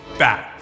back